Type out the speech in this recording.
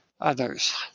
others